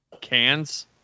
Cans